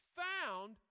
found